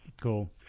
Cool